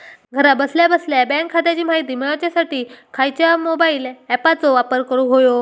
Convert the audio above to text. घरा बसल्या बसल्या बँक खात्याची माहिती मिळाच्यासाठी खायच्या मोबाईल ॲपाचो वापर करूक होयो?